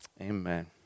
Amen